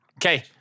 Okay